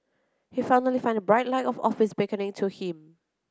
he finally found the bright light of office beckoning to him